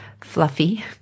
Fluffy